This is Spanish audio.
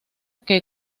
que